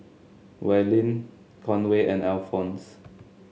Willene Conway and Alphons